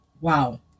wow